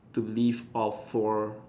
to live off for